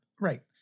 Right